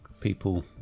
people